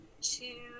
two